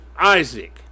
Isaac